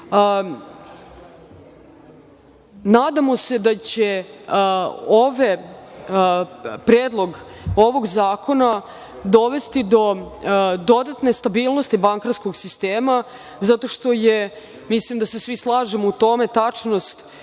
se da će Predlog ovog zakona dovesti do dodatne stabilnosti bankarskog sistema, zato što je, mislim da se svi slažemo u tome, tačnost